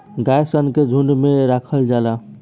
गाय सन के झुंड में राखल जाला